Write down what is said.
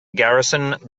garrison